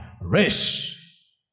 race